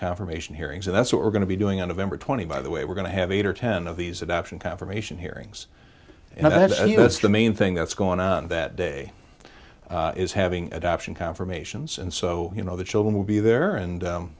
confirmation hearings and that's what we're going to be doing out of amber twenty by the way we're going to have eight or ten of these adoption confirmation hearings and that's the main thing that's going on that day is having adoption confirmations and so you know the children will be there and